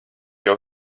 jau